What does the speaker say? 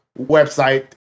website